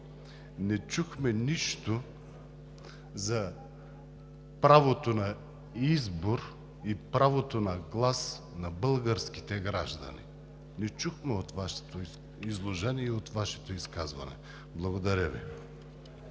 не чухме нищо за правото на избор и правото на глас на българските граждани! Не го чухме от Вашето изложение и от Вашето изказване. Благодаря Ви.